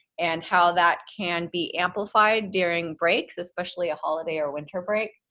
and how that can be amplified during breaks, especially a holiday or winter break.